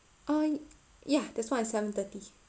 oh ya there's one at seven-thirty